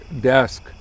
desk